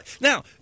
Now